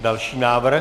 Další návrh.